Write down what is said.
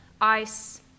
ice